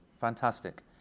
fantastic